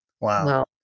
Wow